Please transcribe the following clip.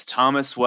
Thomas